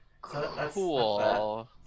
Cool